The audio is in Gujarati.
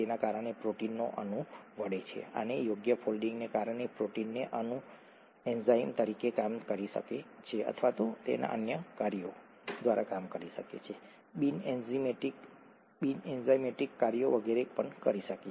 તેના કારણે પ્રોટીનનો અણુ વળે છે અને યોગ્ય ફોલ્ડિંગને કારણે પ્રોટીનનો અણુ એન્ઝાઇમ તરીકે કામ કરી શકે છે અથવા તો તેના અન્ય કાર્યો બિન એન્ઝાઇમેટિક કાર્યો વગેરે કરી શકે છે